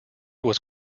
was